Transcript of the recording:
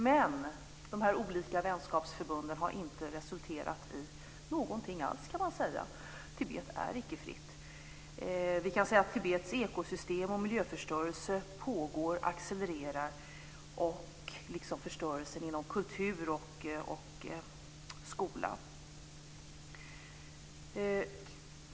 Men de olika vänskapsförbunden har inte resulterat i någonting alls. Tibet är icke fritt. Vi kan säga att Tibets ekosystem och miljöförstörelse pågår och accelererar, liksom förstörelsen inom kultur och skola.